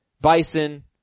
bison